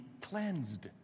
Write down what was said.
cleansed